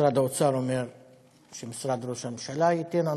משרד האוצר אומר שמשרד ראש הממשלה ייתן הנחיה,